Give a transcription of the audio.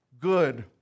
good